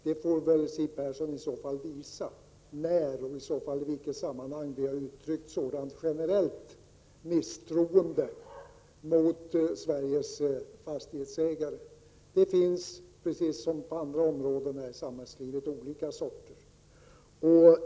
Siw Persson får väl visa när och i så fall i vilket sammanhang vi har uttryckt sådant generelit misstroende mot Sveriges fastighetsägare. Det finns liksom på andra områden i samhällslivet olika sorter.